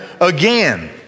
again